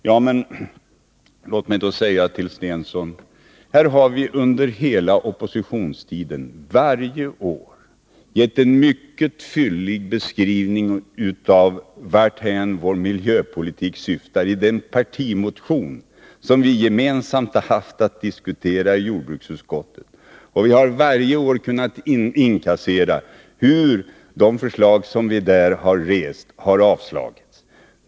Ja, men låt mig då säga till Börje Stensson att vi under hela oppositionstiden varje år i den partimotion som vi gemensamt haft att diskutera i jordbruksutskottet har gett en mycket fyllig beskrivning av varthän vår miljöpolitik syftar. Vi har också varje år kunnat inkassera hur de förslag som vi där har rest har avstyrkts.